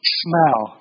smell